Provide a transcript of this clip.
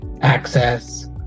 access